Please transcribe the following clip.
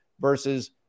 versus